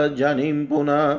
janimpuna